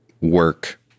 work